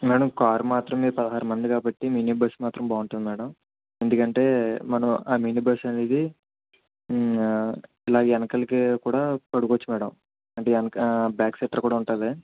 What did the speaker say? madam car మాత్రం మీరు పదహారు మంది కాబట్టి మినీ బస్ మాత్రం బాగుంటుంది మేడం ఎందుకంటే మనం ఆ మినీ బస్ అనేది అలాగే వెనకాలకి కూడా పడుకోవచ్చు మేడం అంటే బ్యాక్ సీటర్ కూడా ఉంటుంది